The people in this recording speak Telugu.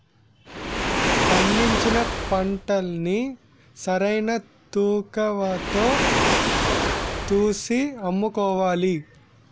పండించిన పంటల్ని సరైన తూకవతో తూసి అమ్ముకోవాలి